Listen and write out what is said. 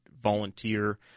volunteer